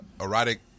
erotic